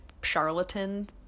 charlatan